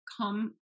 come